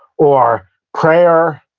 or prayer,